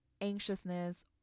anxiousness